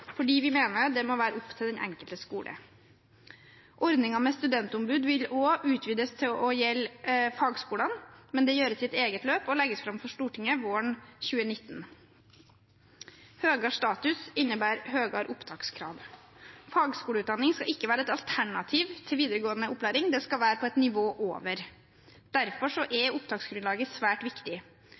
vi mener det må være opp til den enkelte skolen. Ordningen med studentombud vil også utvides til å gjelde fagskolene, men det gjøres i et eget løp og legges fram for Stortinget våren 2019. Høyere status innebærer høyere opptakskrav. Fagskoleutdanning skal ikke være et alternativ til videregående opplæring, den skal være på et nivå over. Derfor er opptaksgrunnlaget svært viktig.